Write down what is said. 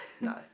No